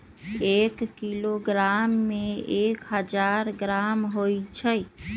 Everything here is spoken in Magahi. एक किलोग्राम में एक हजार ग्राम होई छई